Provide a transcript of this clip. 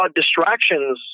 distractions